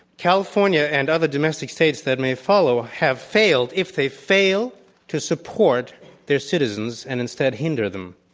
california and other domestic states that may follow have failed, if they fail to support their citizens and instead hinder them.